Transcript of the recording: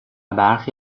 برخی